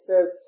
says